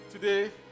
today